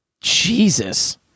Jesus